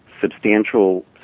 substantial